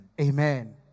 Amen